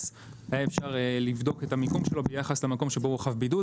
היה אפשר לבדוק את המיקום שלו ביחס למקום שבו הוא חב בידוד.